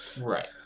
Right